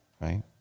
right